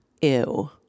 Ew